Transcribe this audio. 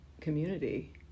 community